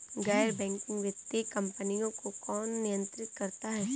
गैर बैंकिंग वित्तीय कंपनियों को कौन नियंत्रित करता है?